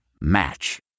Match